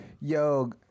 Yo